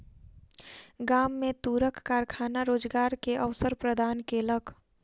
गाम में तूरक कारखाना रोजगार के अवसर प्रदान केलक